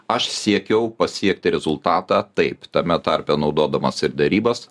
aš siekiau pasiekti rezultatą taip tame tarpe naudodamas ir derybas